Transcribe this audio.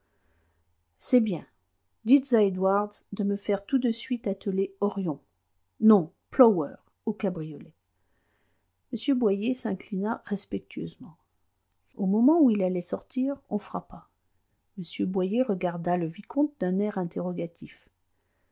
bien dites à edwards de me faire tout de suite atteler orion non plower au cabriolet m boyer s'inclina respectueusement au moment où il allait sortir on frappa m boyer regarda le vicomte d'un air interrogatif